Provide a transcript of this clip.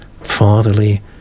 fatherly